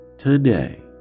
Today